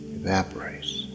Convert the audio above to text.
evaporates